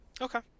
Okay